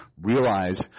Realize